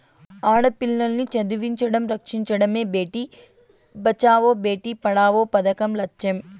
ఆడపిల్లల్ని చదివించడం, రక్షించడమే భేటీ బచావో బేటీ పడావో పదకం లచ్చెం